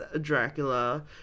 dracula